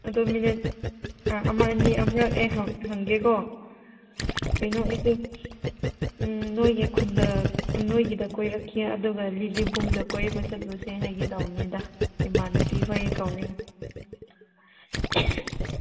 ꯑꯗꯨ ꯃꯤꯅꯠ ꯑꯃ ꯑꯅꯤ ꯑꯃꯨꯔꯛ ꯑꯩ ꯍꯪꯒꯦꯀꯣ ꯀꯩꯅꯣ ꯑꯩꯗꯣ ꯅꯣꯏꯒꯤ ꯈꯨꯟꯗ ꯅꯣꯏꯒꯤꯗ ꯀꯣꯏꯔꯛꯀꯦ ꯑꯗꯨꯒ ꯂꯤꯂꯤꯕꯨꯡꯗ ꯀꯣꯏꯕ ꯆꯠꯂꯨꯁꯦ ꯍꯥꯏꯒꯦ ꯇꯧꯕꯅꯤꯗ ꯏꯃꯥꯟꯅꯕꯤꯈꯣꯏꯒ ꯀꯧꯔꯒ